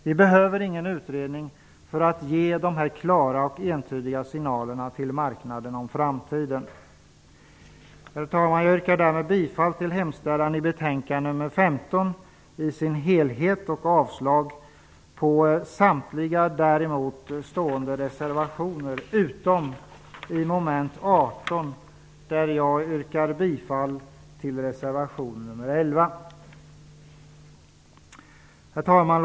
Vi behöver ingen utredning för att ge dessa klara och entydiga signaler till marknaden om framtiden. Herr talman! Jag yrkar därmed bifall till hemställan i betänkande nr 15 i dess helhet och avslag på samtliga däremot stående reservationer utom i mom. 18, där jag yrkar bifall till reservation nr 11. Herr talman!